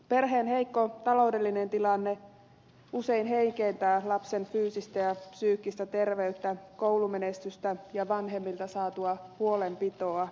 perheen heikko taloudellinen tilanne usein heikentää lapsen fyysistä ja psyykkistä terveyttä koulumenestystä ja vanhemmilta saatua huolenpitoa